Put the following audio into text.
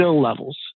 levels